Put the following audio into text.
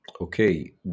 Okay